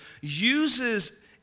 uses